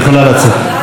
מספיק להיום.